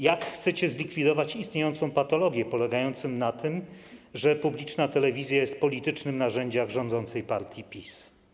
Jak chcecie zlikwidować istniejącą patologię, polegającą na tym, że publiczna telewizja jest politycznym narzędziem rządzącej partii PiS?